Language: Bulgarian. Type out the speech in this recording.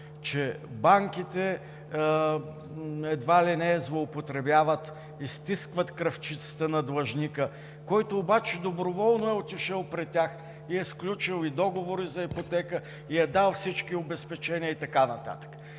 че банките едва ли не злоупотребяват, изстискват кръвчицата на длъжника, който обаче доброволно е отишъл при тях, сключил е договори за ипотека, дал е всички обезпечения и така нататък.